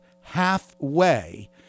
halfway